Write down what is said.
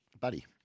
Buddy